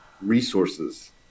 resources